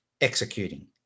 executing